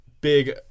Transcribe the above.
big